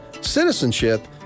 citizenship